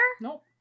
Nope